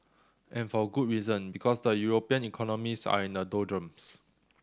and for good reason because the European economies are in the doldrums